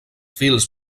fils